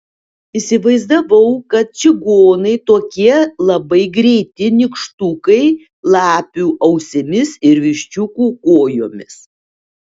įsivaizdavau kad čigonai tokie labai greiti nykštukai lapių ausimis ir viščiukų kojomis